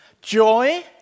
Joy